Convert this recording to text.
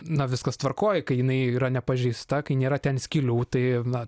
na viskas tvarkoj kai jinai yra nepažeista kai nėra ten skylių tai na